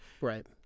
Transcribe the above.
Right